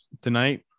tonight